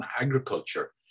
agriculture